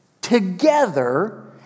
together